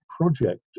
project